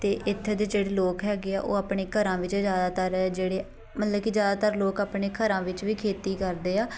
ਅਤੇ ਇੱਥੇ ਦੇ ਜਿਹੜੇ ਲੋਕ ਹੈਗੇ ਆ ਉਹ ਆਪਣੇ ਘਰਾਂ ਵਿੱਚ ਜ਼ਿਆਦਾਤਰ ਜਿਹੜੇ ਮਤਲਬ ਕਿ ਜ਼ਿਆਦਾਤਰ ਲੋਕ ਆਪਣੇ ਘਰਾਂ ਵਿੱਚ ਵੀ ਖੇਤੀ ਕਰਦੇ ਆ